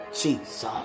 Jesus